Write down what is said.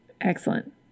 Excellent